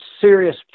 serious